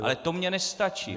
Ale to mně nestačí.